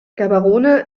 gaborone